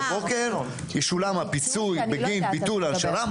ישולם הפיצוי בגין ביטול הנשרה,